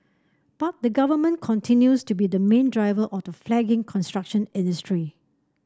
but the Government continues to be the main driver of the flagging construction industry